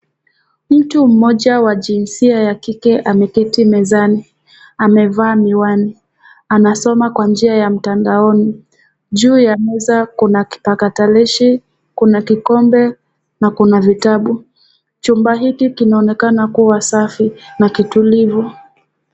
Mtu mmoja wa jinsia ya kike ameketi mezani. Amevaa miwani, anasoma kwa njia ya mtandaoni. Juu ya meza kuna kipakatalishi, kuna kikombe na kuna vitabu. Chumba hiki kinaonekana kuwa safi na kitulivu.